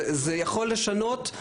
זה יכול לשנות.